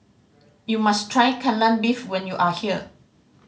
you must try Kai Lan Beef when you are here